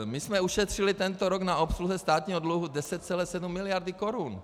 My jsme ušetřili tento rok na obsluze státního dluhu 10,7 mld. korun.